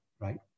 right